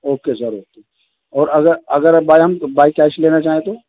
okay sir okay اور اگر اگر بائی ہم بائی کیش لینا چاہیں تو